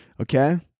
okay